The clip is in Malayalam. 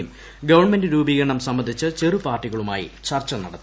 യും ഗവണ്മെന്റ് രൂപീകരണം സംബന്ധിച്ച് ചെറുപാർട്ടികളുമായി ചർച്ച നടത്തി